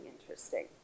interesting